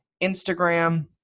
Instagram